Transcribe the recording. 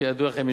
כידוע לכם,